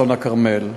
אסון הכרמל.